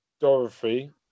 Dorothy